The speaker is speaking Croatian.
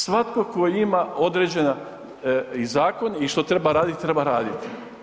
Svatko tko ima određen i zakon i što treba raditi, treba raditi.